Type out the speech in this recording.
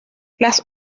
las